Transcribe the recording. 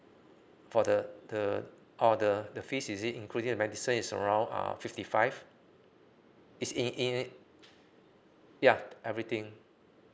for the the for the fee is it included medicine is around uh fifty five is in in ya everything